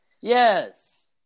Yes